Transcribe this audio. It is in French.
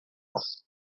ans